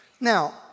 Now